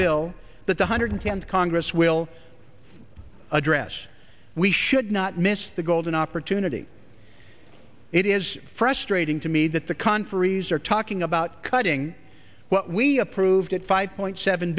bill that the hundred tenth congress will address we should not miss the golden opportunity it is frustrating to me that the conferees are talking about cutting what we approved at five point seven